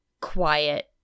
quiet